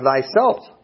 thyself